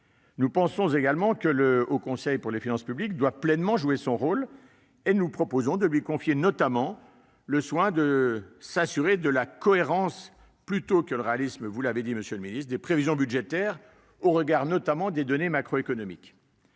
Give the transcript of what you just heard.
Nous pensons également que le Haut Conseil des finances publiques doit pleinement jouer son rôle. Nous proposons de lui confier le soin de s'assurer de la « cohérence »- plutôt que du « réalisme », comme vous l'avez expliqué, monsieur le ministre -des prévisions budgétaires au regard notamment des données macroéconomiques.